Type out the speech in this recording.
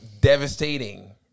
devastating